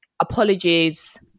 apologies